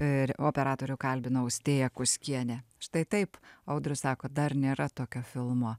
ir operatorių kalbino austėja kuskienė štai taip audrius sako dar nėra tokio filmo